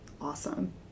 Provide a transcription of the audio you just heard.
Awesome